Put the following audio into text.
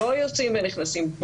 לא נכנסים ויוצאים,